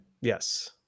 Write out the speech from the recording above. yes